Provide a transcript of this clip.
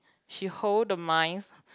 she hold the mice